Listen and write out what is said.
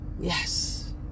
Yes